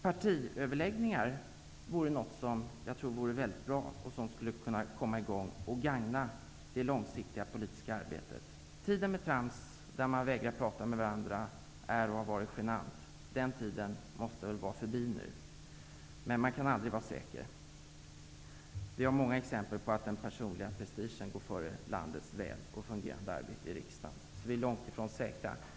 Jag tror att det vore väldigt bra om partiöverläggningar kom i gång. Det skulle gagna det långsiktiga politiska arbetet. Den tid då man ägnade sig åt trams och vägrade prata med varandra var genant. Den tiden måste väl vara förbi nu -- men man kan aldrig vara säker. Vi har sett många exempel på att den personliga prestigen går före landets väl och ett fungerande arbete i riksdagen, så vi är långt ifrån säkra.